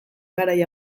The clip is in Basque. garai